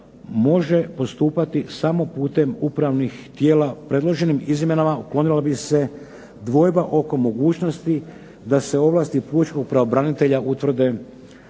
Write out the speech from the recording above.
može postupati samo putem upravnih tijela. Predloženim izmjenama uklonila bi se dvojba oko mogućnosti da se ovlasti pučkog pravobranitelja utvrde